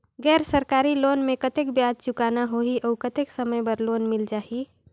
गैर सरकारी लोन मे कतेक ब्याज चुकाना होही और कतेक समय बर लोन मिल जाहि?